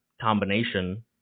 combination